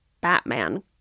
Batman